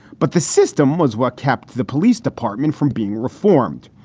but the system was what kept the police department from being reformed.